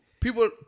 people